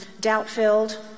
doubt-filled